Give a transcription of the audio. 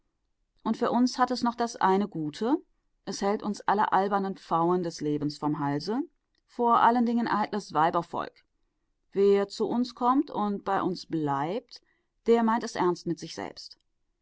und für uns hat es noch das eine gute es hält uns alle albernen pfauen des lebens vom halse vor allen dingen eitles weibervolk wer zu uns kommt und bei uns bleibt der meint es ernst mit sich selbst